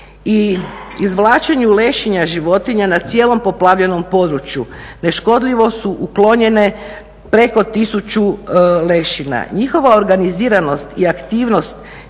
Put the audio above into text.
I izvlačenju lešina životinja na cijelom poplavljenom području, neškodljivo su uklonjene preko 1000 lešina. Njihova organiziranost i aktivnost